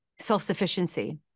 self-sufficiency